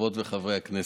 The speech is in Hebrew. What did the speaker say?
חברות וחברי הכנסת,